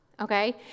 Okay